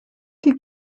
die